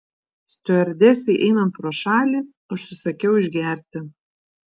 stiuardesei einant pro šalį užsisakiau išgerti